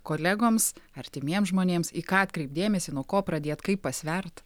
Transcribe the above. kolegoms artimiems žmonėms į ką atkreipt dėmesį nuo ko pradėt kaip pasvert